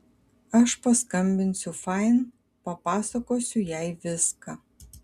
aš paskambinsiu fain papasakosiu jai viską